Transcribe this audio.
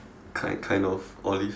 kind kind of olive